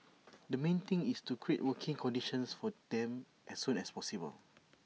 the main thing is to create working conditions for them as soon as possible